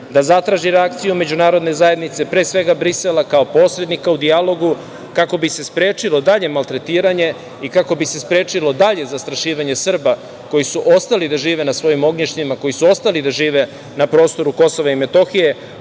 da zatraži reakciju međunarodne zajednice, pre svega Brisela kao posrednika u dijalogu, kako bi se sprečilo dalje maltretiranje i kako bi se sprečilo dalje zastrašivanje Srba koji su ostali da žive na svojim ognjištima, koji su ostali na prostoru Kosova i Metohije,